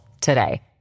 today